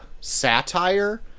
satire